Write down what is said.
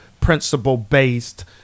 principle-based